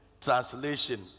Translation